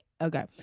Okay